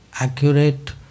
accurate